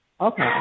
okay